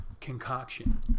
concoction